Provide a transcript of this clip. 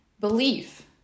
Belief